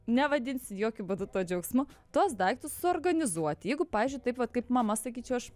nevadinsiu jokiu būdu džiaugsmu tuos daiktus suorganizuoti jeigu pavyzdžiui taip vat kaip mama sakyčiau aš